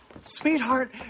Sweetheart